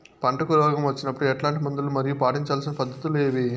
పంటకు రోగం వచ్చినప్పుడు ఎట్లాంటి మందులు మరియు పాటించాల్సిన పద్ధతులు ఏవి?